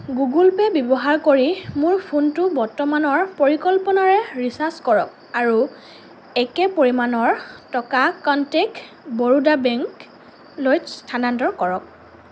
Google Pay ব্যৱহাৰ কৰি মোৰ ফোনটো বৰ্তমানৰ পৰিকল্পনাৰে ৰিচাৰ্জ কৰক আৰু একে পৰিমাণৰ টকা কনটেক্ট বৰোদা বেংকলৈ স্থানান্তৰ কৰক